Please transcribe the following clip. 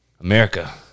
America